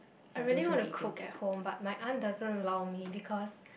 I really wanna cook at home but my aunt doesn't allow me because